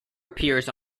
appears